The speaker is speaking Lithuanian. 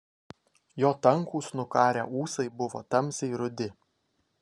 jo tankūs nukarę ūsai buvo tamsiai rudi